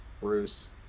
Bruce